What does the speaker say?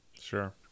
Sure